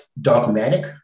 dogmatic